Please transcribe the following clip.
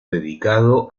dedicado